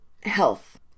health